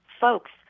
folks